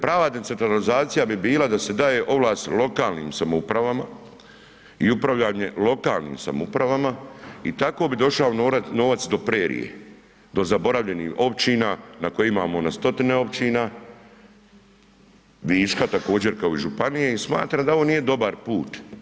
Prava decentralizacija bi bila da se daje ovlast lokalnim samoupravama i upravljanje lokalnim samoupravama i tako bi došao novac do prerije, do zaboravljenih općina na kojih imamo na 100-tine općina, viška također kao i županije i smatram da ovo nije dobar put.